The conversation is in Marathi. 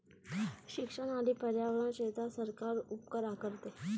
शिक्षण आणि पर्यावरण क्षेत्रात सरकार उपकर आकारते